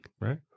Right